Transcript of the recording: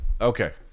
Okay